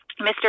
Mr